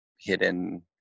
hidden